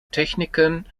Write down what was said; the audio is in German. techniken